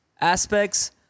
aspects